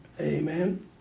Amen